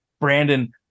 Brandon